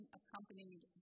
accompanied